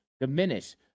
diminish